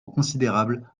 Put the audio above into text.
considérable